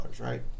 right